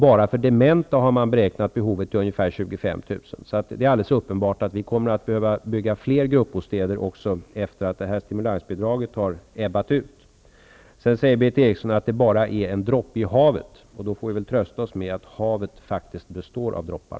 Bara för dementa har man beräknat behovet till ungefär 25 000 platser. Det är alldeles uppenbart att vi kommer att behöva bygga fler grupbostäder även efter det att stimulansbidraget har ebbat ut. Berith Eriksson säger att bidraget bara är en droppe i havet. Då får vi trösta oss med att havet faktiskt består av droppar.